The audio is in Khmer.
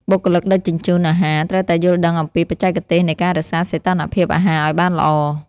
បុគ្គលិកដឹកជញ្ជូនអាហារត្រូវតែយល់ដឹងអំពីបច្ចេកទេសនៃការរក្សាសីតុណ្ហភាពអាហារឱ្យបានល្អ។